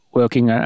working